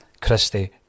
Christie